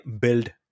build